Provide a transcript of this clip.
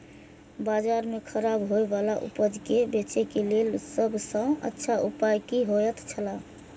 बाजार में खराब होय वाला उपज के बेचे के लेल सब सॉ अच्छा उपाय की होयत छला?